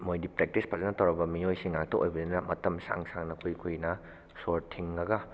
ꯃꯣꯏꯗꯤ ꯄ꯭ꯔꯦꯛꯇꯤꯁ ꯐꯖꯅ ꯇꯧꯔꯕ ꯃꯤꯑꯣꯏꯁꯤꯡ ꯉꯥꯛꯇ ꯑꯣꯏꯕꯅꯤꯅ ꯃꯇꯝ ꯁꯥꯡ ꯁꯥꯡꯅ ꯀꯨꯏ ꯀꯨꯏꯅ ꯁꯣꯔ ꯊꯤꯡꯉꯒ